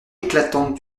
éclatante